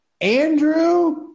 Andrew